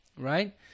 right